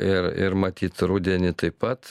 ir ir matyt rudenį taip pat